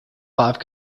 five